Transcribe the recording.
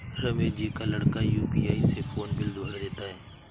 रमेश जी का लड़का यू.पी.आई से फोन बिल भर देता है